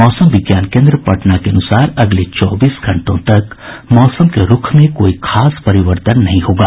मौसम विज्ञान केन्द्र पटना के अनुसार अगले चौबीस घंटों तक मौसम के रूख में कोई खास परिवर्तन नहीं होगा